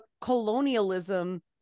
colonialism